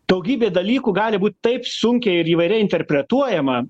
daugybė dalykų gali būt taip sunkiai ir įvairiai interpretuojama